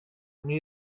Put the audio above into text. muri